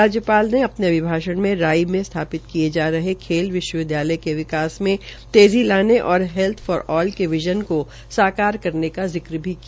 राज्यपाल ने अपने अभिभाषण मे राई में स्थापित किये जा रहे खेल विश्वविद्यालय के विकास में तेजी लाने और हैल्थ फॉर आल के विज़न को साकार करने का जिक्र भी किया